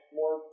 more